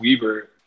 Weber